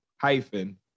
hyphen